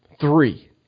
Three